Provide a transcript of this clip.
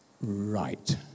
Right